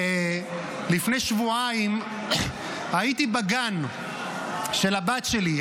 לפני שבועיים הייתי בגן של הבת שלי,